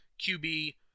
QB